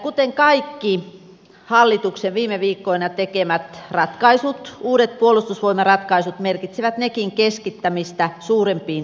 kuten kaikki hallituksen viime viikkoina tekemät ratkaisut uudet puolustusvoimaratkaisut merkitsevät nekin keskittämistä suurempiin yksikköihin